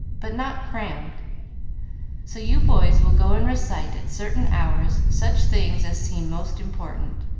but not crammed so you boys will go and recite at certain hours such things as seem most important.